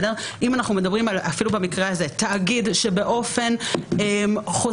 אם אנחנו מדברים אפילו במקרה הזה על תאגיד שבאופן חוזר